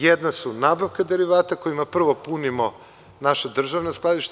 Jedne su nabavka derivata, kojima prvo punimo naša državna skladišta.